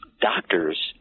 doctors